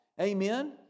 amen